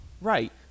Right